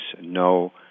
no